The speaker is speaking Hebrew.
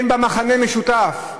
אין בה מכנה משותף.